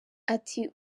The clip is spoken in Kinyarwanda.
ati